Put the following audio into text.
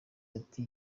ati